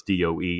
DOE